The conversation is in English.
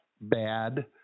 bad